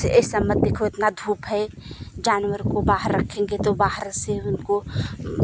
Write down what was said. इसे ऐसा मत देखो इतना धूप है जानवर को बाहर रखेंगे तो बाहर से उनको